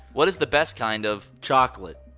what is the best kind of. chocolate.